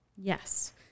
Yes